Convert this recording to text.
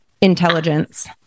intelligence